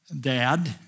dad